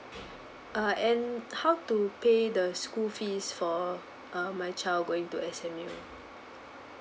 uh and how to pay the school fees for uh my child going to S_M_U